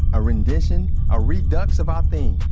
a rendition, a redux of our theme.